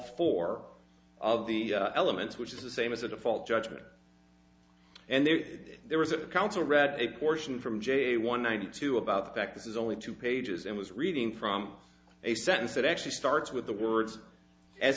four of the elements which is the same as a default judgment and then there was a counsel read a portion from j one ninety two about that this is only two pages and was reading from a sentence that actually starts with the words as